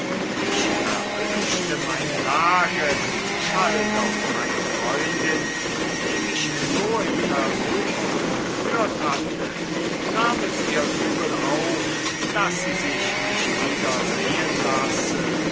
ich verwünschte meine lage schalt auf meine freundin die mich so in versuchung geführt hatte nahm es ihr übel auf daß sie sich nicht wieder sehen lassen